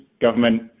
government